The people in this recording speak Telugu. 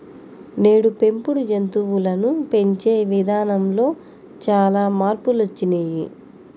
నేడు పెంపుడు జంతువులను పెంచే ఇదానంలో చానా మార్పులొచ్చినియ్యి